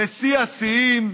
ושיא השיאים,